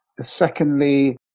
Secondly